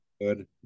good